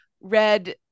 read